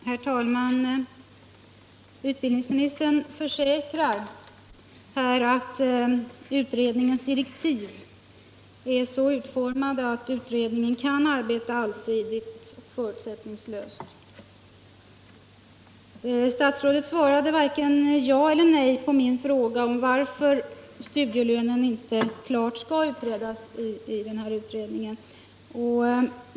Herr talman! Utbildningsministern försäkrar att utredningens direktiv är så utformade att utredningen kan arbeta allsidigt och förutsättningslöst. Statsrådet svarade inte på min fråga om varför ett studielönesystem inte skall utredas i denna utredning.